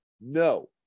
No